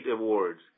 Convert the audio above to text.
awards